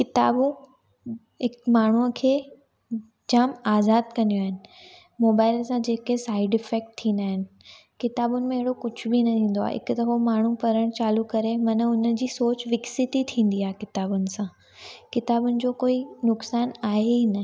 किताबूं हिकु माण्हूअ खे जाम आज़ादु कंदियूं आहिनि मोबाइल सां जेके साइड इफैक्ट थींदा आहिनि किताबुनि में अहिड़ो कुझु बि न थींदो आहे हिकु दफ़ो माण्हू पढ़णु चालू करे माना हुन जी सोच कुझु विकसित ई थींदी आहे किताबुनि सां किताबुनि जो कोई नुक़सानु आहे ई न